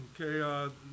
Okay